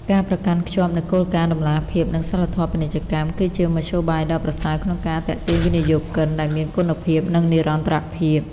ការប្រកាន់ខ្ជាប់នូវគោលការណ៍តម្លាភាព និងសីលធម៌ពាណិជ្ជកម្ម គឺជាមធ្យោបាយដ៏ប្រសើរក្នុងការទាក់ទាញវិនិយោគិនដែលមានគុណភាព និងនិរន្តរភាព។